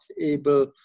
able